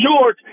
George